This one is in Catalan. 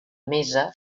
mesa